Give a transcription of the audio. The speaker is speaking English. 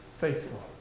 faithful